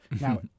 Now